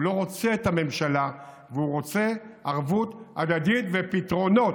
הוא לא רוצה את הממשלה והוא רוצה ערבות הדדית ופתרונות,